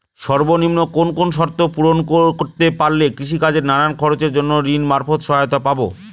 সর্বনিম্ন কোন কোন শর্ত পূরণ করতে পারলে কৃষিকাজের নানান খরচের জন্য ঋণ মারফত সহায়তা পাব?